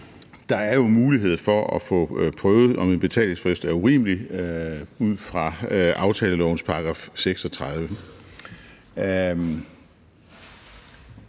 jo er mulighed for at få prøvet, om en betalingsfrist er urimelig ud fra aftalelovens § 36.